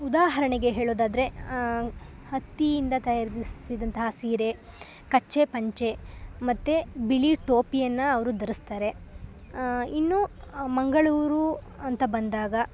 ಉದಾಹರಣೆಗೆ ಹೇಳೋದಾದರೆ ಹತ್ತಿಯಿಂದ ತಯಾರಿಸಿದಂತಹ ಸೀರೆ ಕಚ್ಚೆ ಪಂಚೆ ಮತ್ತು ಬಿಳಿ ಟೋಪಿಯನ್ನು ಅವರು ಧರಿಸ್ತಾರೆ ಇನ್ನು ಮಂಗಳೂರು ಅಂತ ಬಂದಾಗ